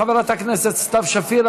חברת הכנסת סתיו שפיר,